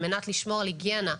על מנת לשמור על היגיינה,